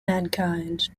mankind